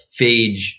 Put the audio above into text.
phage